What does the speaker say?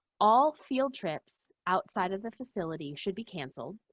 all field trips outside of the facility should be canceled,